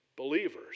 Believers